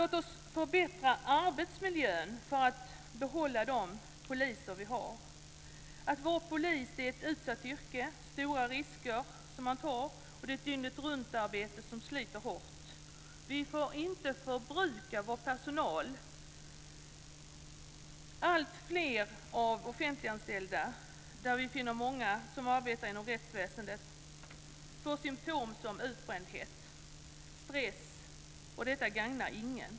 Låt oss förbättra arbetsmiljön för att behålla de poliser vi har. Att vara polis är ett utsatt yrke. Man tar stora risker. Det är ett dygnetruntarbete som sliter hårt. Vi får inte förbruka vår personal. Alltfler av offentliganställda, där vi finner många som arbetar inom rättsväsendet, får symtom som utbrändhet och stress. Det gagnar ingen.